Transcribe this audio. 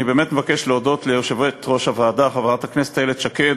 אני באמת מבקש להודות ליושבת-ראש הוועדה חברת הכנסת איילת שקד,